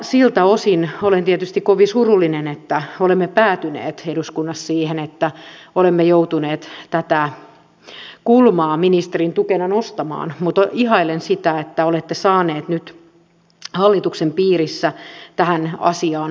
siltä osin olen tietysti kovin surullinen että olemme päätyneet eduskunnassa siihen että olemme joutuneet tätä kulmaa ministerin tukena nostamaan mutta ihailen sitä että olette saanut nyt hallituksen piirissä tähän asiaan rotua